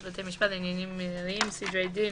בתי משפט לעניינים מינהליים (סדרי דין),